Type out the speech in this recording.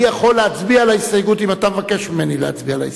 אני יכול להצביע על ההסתייגות אם אתה מבקש ממני להצביע על ההסתייגות.